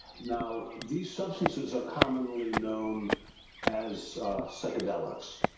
now, these substances are commonly known as psychedelics.